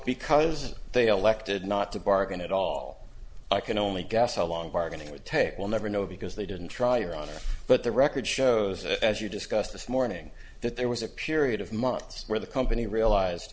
because they elected not to bargain at all i can only guess how long bargaining would take will never know because they didn't try your honor but the record shows as you discuss this morning that there was a period of months where the company realized